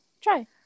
Try